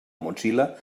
mozilla